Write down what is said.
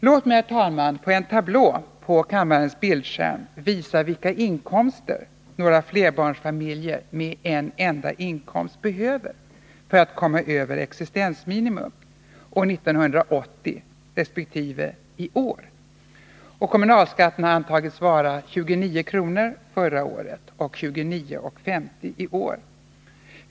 Låt mig, herr talman, på en tablå på kammarens bildskärm visa vilka inkomster några flerbarnsfamiljer med en enda inkomst behöver för att komma över existensminimum år 1980 resp. i år. Kommunalskatten har antagits vara 29 kr. förra året och 29:50 kr. i år.